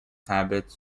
habits